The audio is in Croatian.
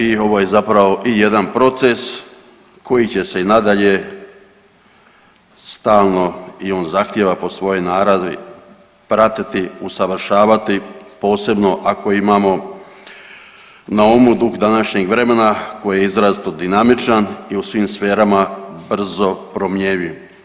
I ovo je zapravo i jedan proces koji će se i nadlaje stalno i on zahtjeva po svojoj naravi pratiti, usavršavati, posebno ako imamo na umu duh današnjeg vremena koji je izrazito dinamičan i u svim sferama brzo promjenjiv.